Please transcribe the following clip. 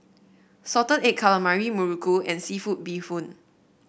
Salted Egg Calamari muruku and seafood Bee Hoon